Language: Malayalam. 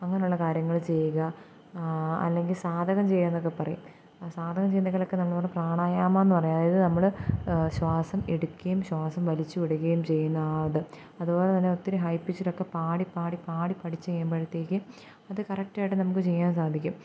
അങ്ങനെയുള്ള കാര്യങ്ങൾ ചെയ്യുക അല്ലെങ്കിൽ സാധകം ചെയ്യുക എന്നൊക്കെ പറയും സാധകം ചെയ്യുന്നെങ്കിലൊക്കെ നമ്മളോടു പ്രാണായാമമെന്നു പറയും അതായത് നമ്മൾ ശ്വാസം എടുക്കുകയും ശ്വാസം വലിച്ചു വിടുകയും ചെയ്യുന്ന ആ ഇത് അതുപോലെതന്നെ ഒത്തിരി ഹൈ പിച്ചിലൊക്കെ പാടി പാടി പാടി പഠിച്ചു കഴിയുമ്പോഴത്തേക്ക് അതു കറക്റ്റായിട്ട് നമുക്ക് ചെയ്യാൻ സാധിക്കും